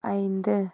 ஐந்து